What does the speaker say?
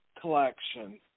collection